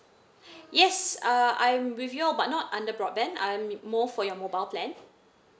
yes uh I'm with your but not under broadband I'm more for your mobile plan